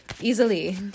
easily